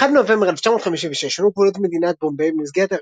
ב-1 בנובמבר 1956 שונו גבולות מדינת בומביי במסגרת